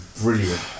brilliant